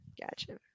Gotcha